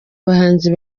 bahanzi